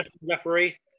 referee